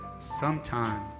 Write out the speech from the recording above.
sometime